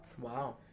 Wow